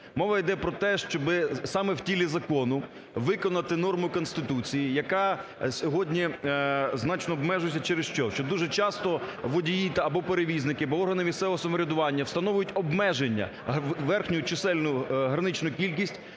Мова йде про те, щоби саме в тілі закону виконати норму Конституції, яка сьогодні значно обмежуються через що? Що дуже часто водії або перевізники, або органи місцевого самоврядування встановлюють обмеження: верхню чисельну граничну кількість